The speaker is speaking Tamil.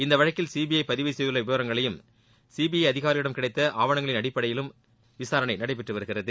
இந்த வழக்கில் சிபிஐ பதிவு செய்துள்ள விவரங்களையும் சிபிஐ அதிகாரிகளிடம் கிடைத்த ஆவணங்களின் அடிப்படையிலும் இந்த விசாரணை நடைபெற்று வருகிறது